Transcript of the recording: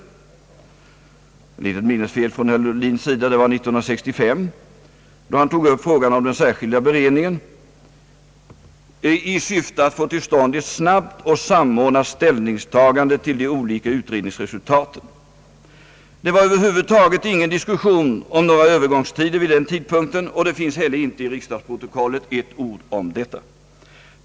Det var ett litet minnesfel från herr Ohlins sida; det var år 1965, då han tog upp frågan om den särskilda beredningen i syfte att få till stånd ett snabbt och samordnat ställningstagande till de olika utredningsresultaten. Det var över huvud taget ingen diskussion om några övergångstider vid den tidpunkten, och det finns inte heller i riksdagsprotokollet ett ord om detta.